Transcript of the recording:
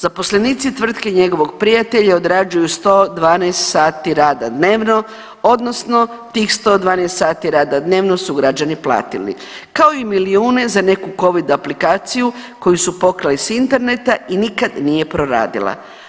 Zaposlenici tvrtke njegovog prijatelja odrađuju 112 sati rada dnevno, odnosno tih 112 sati rada dnevno su građani platili kao i milijune za neku covid aplikaciju koju su pokrali s interneta i nikad nije proradila.